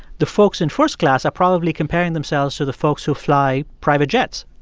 the folks in first class are probably comparing themselves to the folks who fly private jets